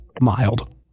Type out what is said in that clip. mild